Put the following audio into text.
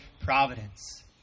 providence